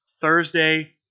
Thursday